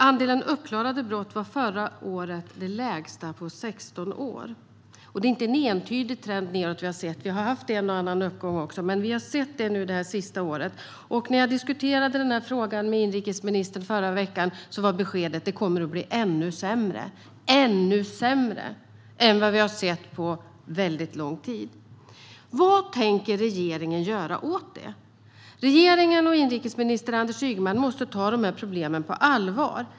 Andelen uppklarade brott var förra året den lägsta på 16 år. Det är inte en entydig trend nedåt vi har sett, utan vi har haft en och annan uppgång också. Men nu det här sista året har vi sett en nedgång. När jag diskuterade den här frågan med inrikesministern i förra veckan var beskedet att det kommer att bli ännu sämre - ännu sämre än vad vi har sett på väldigt lång tid. Vad tänker regeringen göra åt det? Regeringen och inrikesminister Anders Ygeman måste ta de här problemen på allvar.